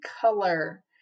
color